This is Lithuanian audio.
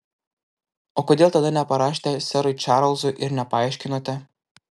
o kodėl tada neparašėte serui čarlzui ir nepaaiškinote